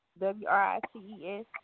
W-R-I-T-E-S